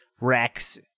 Rex